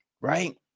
right